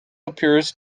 appears